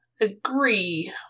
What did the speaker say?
agree